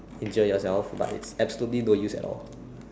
injure yourself but it's absolutely no use at all